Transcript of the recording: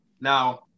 Now